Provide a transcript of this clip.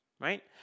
right